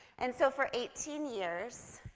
and so, for eighteen years,